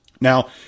Now